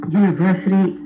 university